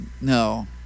no